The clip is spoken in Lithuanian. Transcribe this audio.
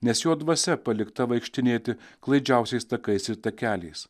nes jo dvasia palikta vaikštinėti klaidžiausiais takais ir takeliais